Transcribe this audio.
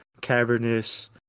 cavernous